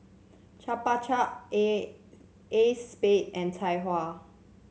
Chupa Chup A Acexspade and Tai Hua